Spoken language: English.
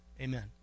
amen